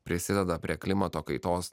prisideda prie klimato kaitos